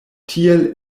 tiel